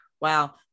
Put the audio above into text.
wow